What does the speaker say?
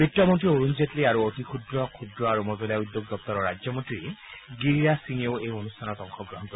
বিত্তমন্ত্ৰী অৰুণ জেটলী আৰু অতি ক্ষুদ্ৰ ক্ষুদ্ৰ আৰু মজলীয়া উদ্যোগ দপ্তৰৰ ৰাজ্যমন্ত্ৰী গিৰিৰাজ সিঙেও এই অনুষ্ঠানত অংশগ্ৰহণ কৰিব